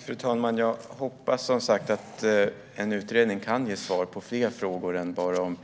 Fru talman! Jag hoppas som sagt att en utredning kan ge svar på fler frågor än bara huruvida